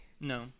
No